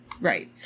Right